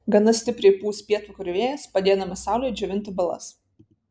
gana stipriai pūs pietvakarių vėjas padėdamas saulei džiovinti balas